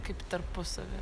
kaip tarpusavy